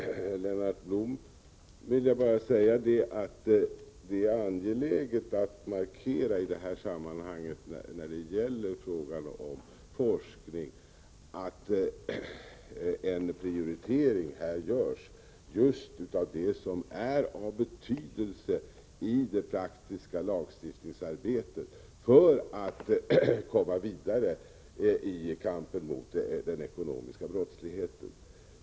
Fru talman! Till Lennart Blom vill jag när det gäller forskning säga att det i det här sammanhanget är angeläget att markera att en prioritering görs just av det som är av betydelse i det praktiska lagstiftningsarbetet för att komma vidare i kampen mot den ekonomiska brottsligheten.